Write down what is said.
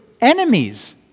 enemies